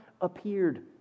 appeared